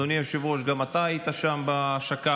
אדוני היושב-ראש, גם אתה היית שם בהשקה.